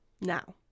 Now